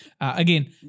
again